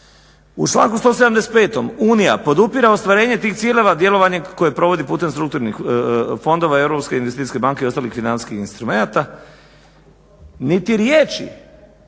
U članku 175. Unija podupire ostvarenje tih ciljeva djelovanjem kojeg provodi putem strukturnih fondova EBRD-a i ostalih financijskih instrumenata. Niti riječi,